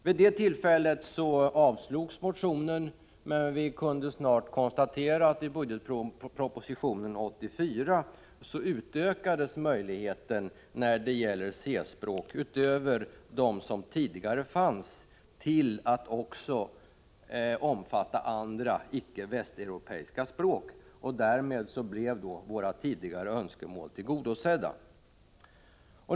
Vid det tillfället avslogs motionen, men vi kunde konstatera att i budgetpropositionen 1984 utökades möjligheterna när det gäller C-språk till att också omfatta andra, icke västeuropeiska, språk. Därmed blev våra önskemål tillgodosedda.